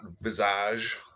visage